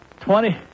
Twenty